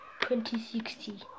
2060